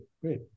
great